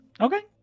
Okay